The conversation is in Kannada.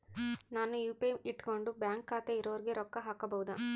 ನಾನು ಯು.ಪಿ.ಐ ಇಟ್ಕೊಂಡು ಬ್ಯಾಂಕ್ ಖಾತೆ ಇರೊರಿಗೆ ರೊಕ್ಕ ಹಾಕಬಹುದಾ?